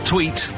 Tweet